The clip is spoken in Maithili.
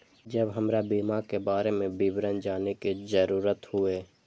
जब हमरा बीमा के बारे में विवरण जाने के जरूरत हुए?